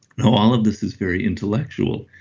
now all of this is very intellectual,